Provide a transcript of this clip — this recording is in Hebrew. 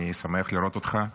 אני שמח לראות אותך.